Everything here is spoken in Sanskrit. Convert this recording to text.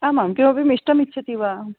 आमां किमपि मिष्टमिच्छति वा